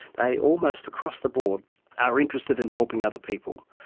they almost across the board are interested in helping other people,